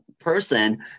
person